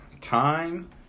time